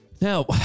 Now